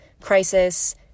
crisis